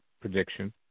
prediction